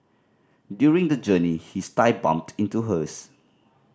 during the journey his thigh bumped into hers